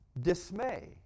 dismay